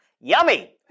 Yummy